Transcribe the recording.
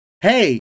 hey